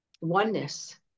oneness